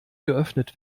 geöffnet